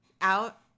out